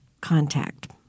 contact